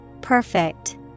Perfect